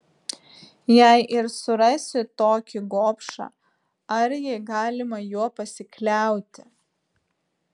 jei ir surasi tokį gobšą argi galima juo pasikliauti